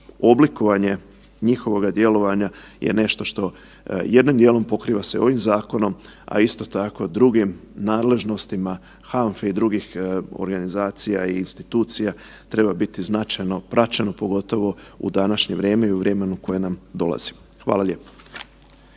oblikovanje njihovog djelovanja je nešto što jednim dijelom pokriva se ovim zakonom, a isto tako drugim nadležnostima HANFA-e i drugih organizacija i institucija treba biti značajno praćeno, pogotovo u današnje vrijeme i u vremenu koje nam dolazi. Hvala lijepo.